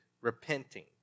repenting